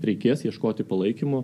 reikės ieškoti palaikymo